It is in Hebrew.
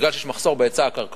מכיוון שיש מחסור בהיצע הקרקעות,